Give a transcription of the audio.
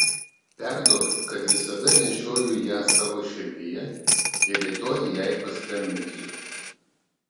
perduok kad visada nešioju ją savo širdyje ir rytoj jai paskambinsiu